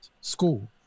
school